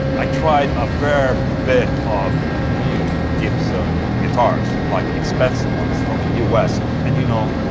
i tried a fair bit of new gibson guitars like, expensive ones from the us and you know.